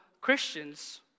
christians